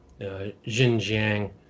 xinjiang